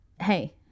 hey